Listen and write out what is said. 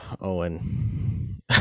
Owen